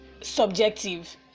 subjective